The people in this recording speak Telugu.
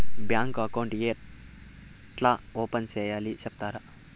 బ్యాంకు అకౌంట్ ఏ ఎట్లా ఓపెన్ సేయాలి సెప్తారా?